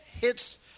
hits